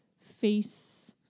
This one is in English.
face